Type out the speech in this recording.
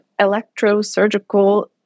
electrosurgical